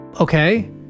okay